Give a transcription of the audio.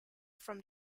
from